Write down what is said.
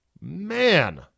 Man